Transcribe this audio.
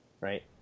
right